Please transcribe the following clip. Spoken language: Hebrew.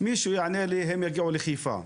מישהו יענה לי, הם יגיעו לחיפה.